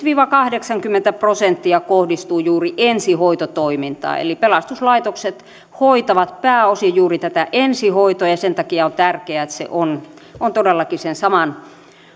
viiva kahdeksankymmentä prosenttia kohdistuu juuri ensihoitotoimintaan eli pelastuslaitokset hoitavat pääosin juuri tätä ensihoitoa sen takia on tärkeää että se on on todellakin sen saman